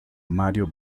mario